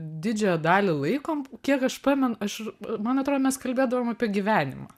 didžiąją dalį laiko kiek aš pamenu aš man atrodo mes kalbėdavom apie gyvenimą